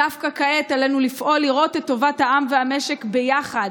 דווקא כעת עלינו לפעול ולראות את טובת העם והמשק ביחד,